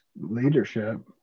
leadership